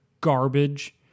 garbage-